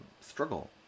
struggle